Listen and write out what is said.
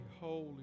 Holy